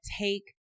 take